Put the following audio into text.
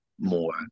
more